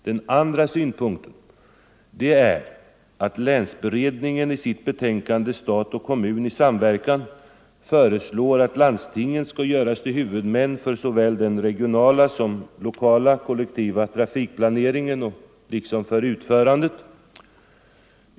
Den andra är att länsberedningen i sitt betänkande, Stat och kommun i samverkan, föreslår att landstingen skall göras till huvudmän för såväl den regionala som den lokala kollektiva trafikplaneringen och dess utförande.